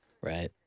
Right